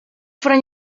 fueron